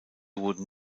wurden